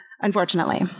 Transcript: unfortunately